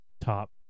top